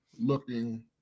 looking